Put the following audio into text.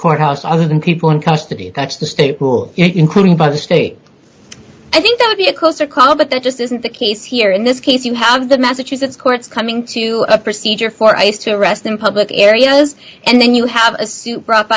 courthouse other than people in custody that's the state who are including by the state i think that would be a closer call but that just isn't the case here in this case you have the massachusetts courts coming to a procedure for ice to rest in public areas and then you have a suit brough